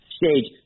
stage